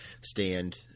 stand